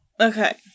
Okay